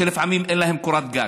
שלפעמים אין להם קורת גג,